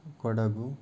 Kodagu